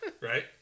right